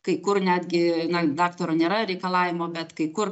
kai kur netgi na daktaro nėra reikalavimo bet kai kur